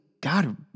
God